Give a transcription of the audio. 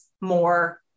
more